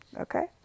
Okay